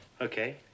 okay